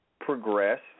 progressed